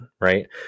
right